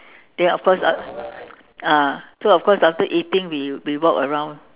then of course uh ah so of course after eating we we walk around